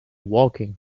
walking